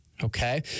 Okay